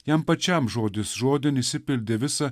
jam pačiam žodis žodin išsipildė visa